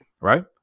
Right